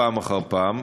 פעם אחר פעם,